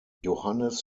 johannes